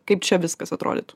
kaip čia viskas atrodytų